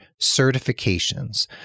certifications